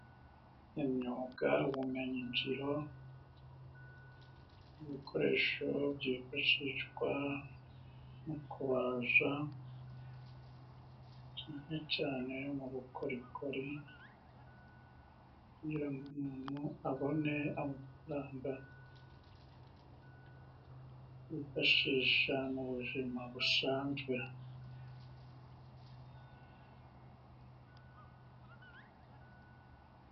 Imyuga, ubumenyingiro n'ibikoresho byifashishwa mu kubaza cane cane mu bukorikori kugira ngo umuntu abone amafaranga yifashisha mu buzima busanzwe.